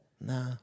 Nah